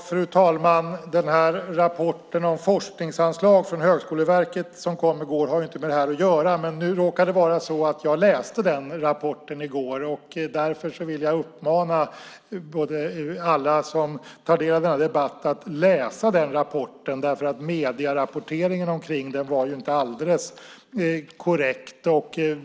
Fru talman! Rapporten om forskningsanslag från Högskoleverket som kom i går har inte med det här att göra, men nu råkar det var så att jag läste den rapporten i går. Medierapporteringen var inte alldeles korrekt, och jag vill därför uppmana alla som tar del av den här debatten att läsa rapporten.